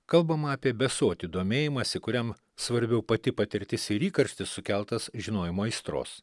kalbama apie besotį domėjimąsi kuriam svarbiau pati patirtis ir įkarštis sukeltas žinojimo aistros